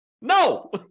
No